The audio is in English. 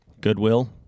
Goodwill